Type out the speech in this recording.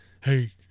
hey